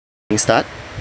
we start